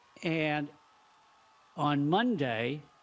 and on monday,